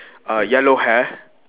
uh yellow hair